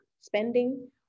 spending